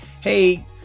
hey